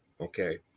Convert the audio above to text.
Okay